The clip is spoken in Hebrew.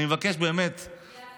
אני מאוד